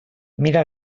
mira